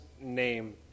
name